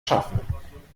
schaffen